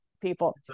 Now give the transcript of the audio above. people